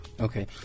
okay